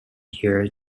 here